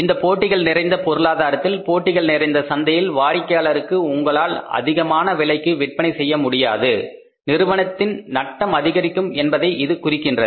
இந்தப் போட்டிகள் நிறைந்த பொருளாதாரத்தில் போட்டிகள் நிறைந்த சந்தையில் வாடிக்கையாளருக்கு உங்களால் அதிகமான விலைக்கு விற்பனை செய்ய முடியாது நிறுவனத்தின் நட்டம் அதிகரிக்கும் என்பதை இது குறிக்கின்றது